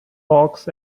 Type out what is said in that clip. hawks